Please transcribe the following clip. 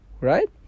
right